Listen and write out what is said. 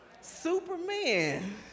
Superman